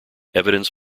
evidence